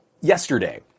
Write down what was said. yesterday